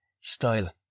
style